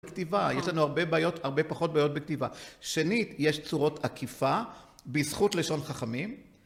בכתיבה, יש לנו הרבה בעיות, הרבה פחות בעיות בכתיבה. שנית, יש צורות עקיפה, בזכות לשון חכמים.